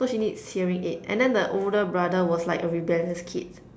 so she needs hearing aid and then the older brother was like a rebellious kid